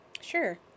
Sure